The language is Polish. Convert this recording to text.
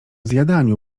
zjadaniu